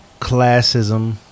classism